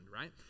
right